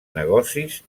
negocis